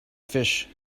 fished